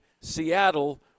Seattle